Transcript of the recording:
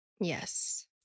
Yes